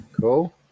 Cool